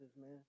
man